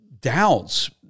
doubts